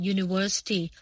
University